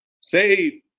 Say